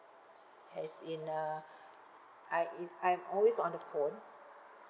as in uh I is I'm always on the phone